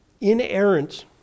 inerrant